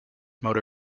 motor